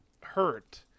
hurt